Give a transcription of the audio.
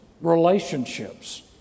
relationships